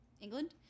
England